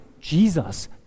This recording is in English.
Jesus